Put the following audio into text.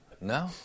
No